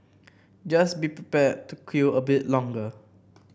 just be prepared to queue a bit longer